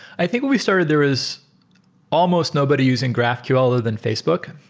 i think when we started there is almost nobody using graphql other than facebook,